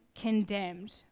condemned